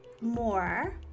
more